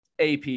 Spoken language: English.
AP